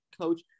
coach